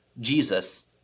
Jesus